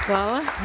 Hvala.